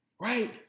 Right